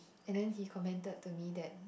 and then he commented to me that